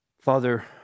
Father